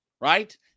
right